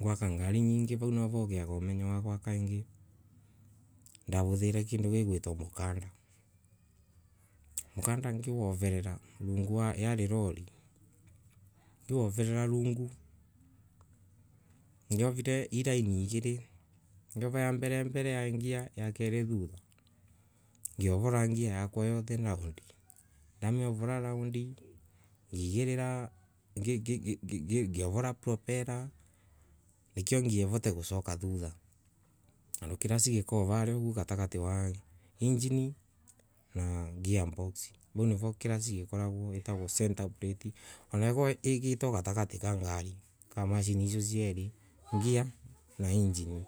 gwaka ngari nyinhi vau nwavu ugiaga umenyo wa gwaka ingi. Ndavuthire kindu gitagwa mukanda. Mukanda nawoverera runguyari lori. Ngiwoverera rungu. Ndiovire ii raini igiriNgiova ya mbere mbere ngia ya jeri thutha. Ngiovara ngear yakua yothe raundi. Ndovorab raundi ngigirirangioverera propella. nikio ngear ivote gucaka thutha nondu kirasi gikoragwa ki varia uguo gatagati ka engine na gear box. Vau nivo kirosi gikoragwa. itagwa center plate. Anokorwo igitwe gatagati ka ngari ka macini icio cieri. gear na engine.